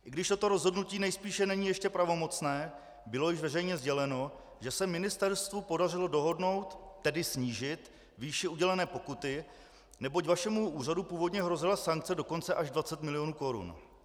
I když toto rozhodnutí nejspíše není ještě pravomocné, bylo již veřejně sděleno, že se ministerstvu podařilo dohodnout, tedy snížit, výši udělené pokuty, neboť vašemu úřadu původně hrozila sankce dokonce až 20 mil. korun.